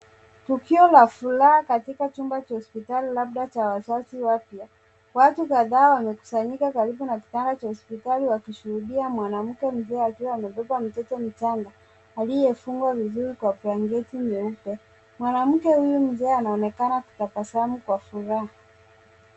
Tukio la furaha katika chumba cha hospitali labda cha wazazi wapya. Watu kadhaa wamekusanyika karibu na kitanda cha hospitali wakishuhudia mwanamke mzee akiwa amebeba mtoto mchanga aliyefungwa vizuri kwa blanketi nyeupe. Mwanamke hutu mzee anaonekana kutabasamu kwa furaha.